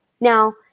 Now